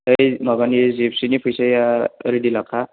ओमफ्राय माबानि जिपसिनि फैसाया रेदि लाखा